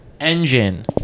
engine